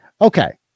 Okay